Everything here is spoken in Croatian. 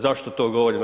Zašto to govorim?